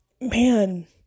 man